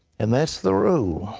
and that's the rule.